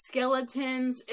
Skeletons